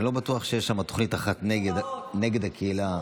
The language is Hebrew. אני לא בטוח שיש שם תוכנית אחת נגד הקהילה.